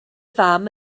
fam